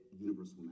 universal